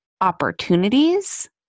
opportunities